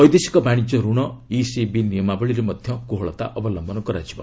ବୈଦେଶିକ ବାଣିଜ୍ୟ ରଣ ଇସିବି ନିୟମାବଳୀରେ ମଧ୍ୟ କୋହଳତା ଅବଲମ୍ୟନ କରାଯିବ